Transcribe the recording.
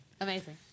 Amazing